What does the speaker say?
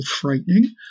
frightening